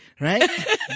right